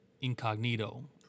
incognito